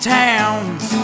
towns